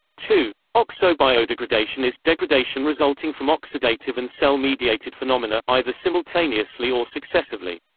two. oxo-biodegradation is degradation resulting from oxidative and cell-mediated phenomena, either simultaneously or successively.